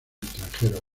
extranjero